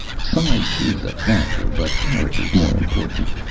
size is a factor, but character's more important.